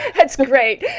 that's great.